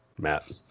Matt